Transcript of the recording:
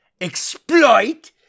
exploit